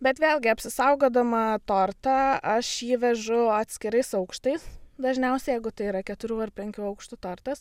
bet vėlgi apsisaugodama tortą aš jį vežu atskirais aukštais dažniausiai jeigu tai yra keturių ar penkių aukštų tortas